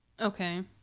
okay